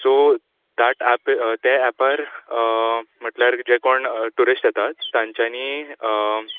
so that एप्पे ते एपार म्हणल्यार जे कोण ट्युरिश्ट येतात तांच्यानी